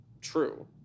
true